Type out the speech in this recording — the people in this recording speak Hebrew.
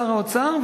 שר האוצר,